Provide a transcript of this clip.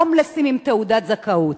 הומלסים עם תעודת זכאות.